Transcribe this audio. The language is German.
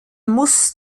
muss